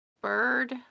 bird